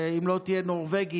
אם לא תהיה נורבגי,